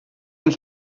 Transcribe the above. ens